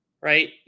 right